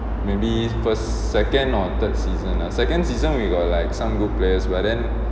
maybe first second or third season second season we got like some good players but then